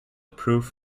proof